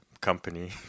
company